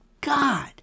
God